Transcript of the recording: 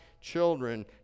children